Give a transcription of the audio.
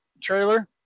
trailer